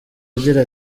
agira